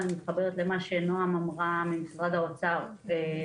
ואני מתחברת למה שנעם ממשרד האוצר אמרה,